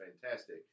fantastic